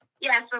Yes